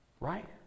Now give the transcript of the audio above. Right